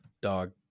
Dog